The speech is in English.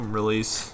release